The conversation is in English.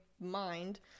mind